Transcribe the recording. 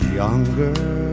younger